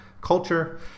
culture